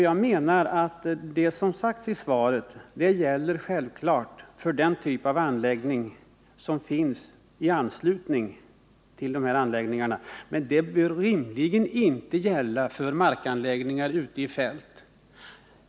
Jag menar att det som sagts i svaret självklart gäller för den typ av anläggningar som finns i anslutning till de här anläggningarna, men det bör rimligen inte gälla för markanläggningar ute i fält.